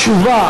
התשובה